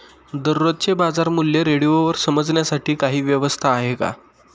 दररोजचे बाजारमूल्य रेडिओवर समजण्यासाठी काही व्यवस्था आहे का?